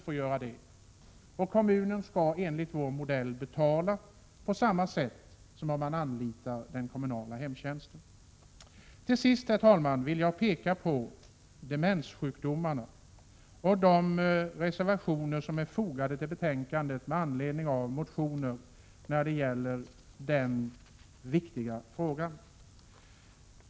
Enligt vår modell skall kommunen betala för detta på samma 25 maj 1988 sätt som är fallet när det gäller den kommunala hemtjänsten. Jag vill slutligen ta upp frågan om demenssjukdomarna och de reservationer som är fogade till betänkandet med anledning av motioner beträffande denna viktiga fråga.